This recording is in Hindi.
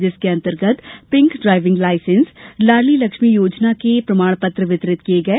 जिसके अंतर्गत pink driving licence Ladli Laxmi Yojana के प्रमाण पत्र वितरित किए गए